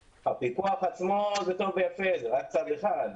הפיקוח עצמו זה טוב ויפה, זה רק צד אחד.